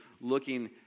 looking